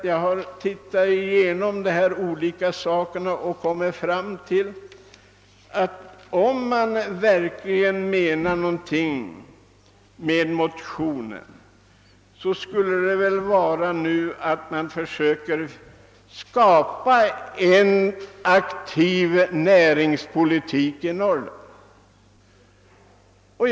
Jag har läst igenom motionen och kommit fram till att, om man verkligen menar någonting med den, så skulle det väl vara att man nu vill försöka skapa en aktiv näringspolitik i Norrland.